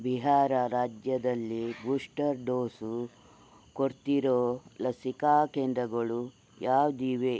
ಬಿಹಾರ್ ರಾಜ್ಯದಲ್ಲಿ booster dose ಕೊಡ್ತಿರೋ ಲಸಿಕಾ ಕೇಂದ್ರಗಳು ಯಾವುದಿವೆ